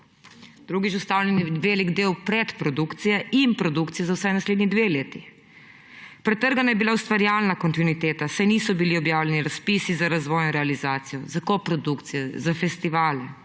Drugič, ustavljen je en velik del pred produkcije in produkcije za vsaj naslednji dve leti. Pretrgana je bila ustvarjalna kontinuiteta, saj niso bili objavljeni razpisi za razvoj in realizacijo, za koprodukcije, za festivale.